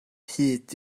hyd